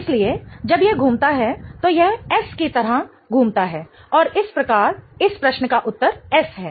इसलिए जब यह घूमता है तो यह S की तरह घूमता है और इस प्रकार इस प्रश्न का उत्तर S है